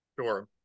Sure